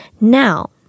now